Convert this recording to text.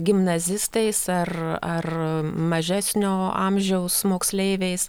gimnazistais ar mažesnio amžiaus moksleiviais